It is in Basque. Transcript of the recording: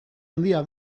handia